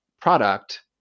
product